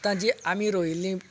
आतां जें आमी रोयिल्लीं